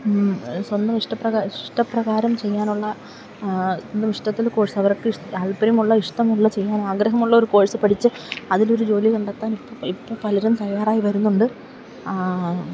സ്വന്തം ഇഷ്ടപ്രകാരം ചെയ്യാനുള്ള സ്വന്തം ഇഷ്ടത്തില് കോഴ്സ് അവർക്കു താല്പര്യമുള്ള ഇഷ്ടമുള്ള ചെയ്യാൻ ആഗ്രഹമുള്ള ഒരു കോഴ്സ് പഠിച്ച് അതിലൊരു ജോലി കണ്ടെത്താൻ ഇപ്പോള് പലരും തയ്യാറായി വരുന്നുണ്ട്